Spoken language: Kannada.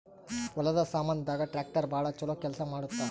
ಹೊಲದ ಸಾಮಾನ್ ದಾಗ ಟ್ರಾಕ್ಟರ್ ಬಾಳ ಚೊಲೊ ಕೇಲ್ಸ ಮಾಡುತ್ತ